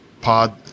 pod